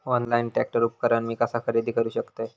Online tractor उपकरण मी कसा खरेदी करू शकतय?